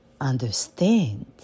understand